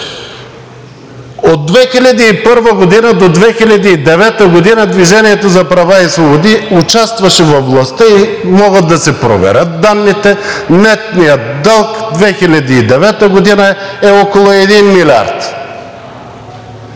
От 2001 г. до 2009 г. „Движение за права и свободи“ участваше във властта и могат да се проверят данните, нетният дълг 2009 г. е около 1 милиард.